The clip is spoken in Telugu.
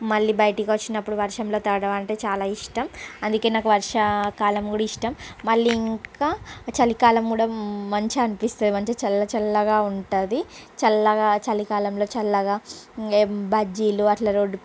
మళ్లీ బయటికి వచ్చినప్పుడు వర్షం లో తడవడం అంటే చాలా ఇష్టం అందుకే నాకు వర్షాకాలం కూడా ఇష్టం మళ్ళీ ఇంకా చలి కాలం కూడా మంచి అనిపిస్తుంది మంచి చల్లచల్లగా ఉంటుంది చల్లగా చలికాలంలో చల్లగా ఏం బజ్జీలు అట్ల రోడ్డు